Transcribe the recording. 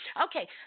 Okay